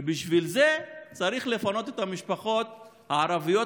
ובשביל זה צריך לפנות את המשפחות הערביות